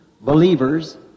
Believers